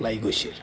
ওলায় গৈছিল